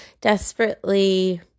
desperately